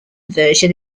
version